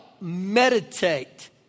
meditate